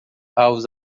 aos